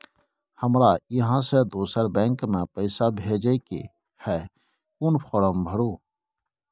हमरा इहाँ से दोसर बैंक में पैसा भेजय के है, कोन फारम भरू?